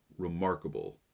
remarkable